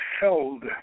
held